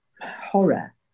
horror